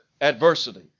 adversity